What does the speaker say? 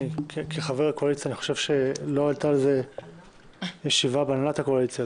כחבר הקואליציה אני חושב שלא הייתה על זה ישיבה בהנהלת הקואליציה,